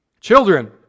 Children